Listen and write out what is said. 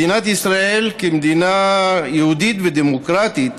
מדינת ישראל כמדינה יהודית ודמוקרטית